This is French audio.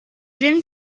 gêne